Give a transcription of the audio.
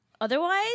Otherwise